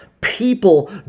People